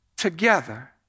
together